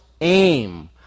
aim